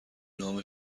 نام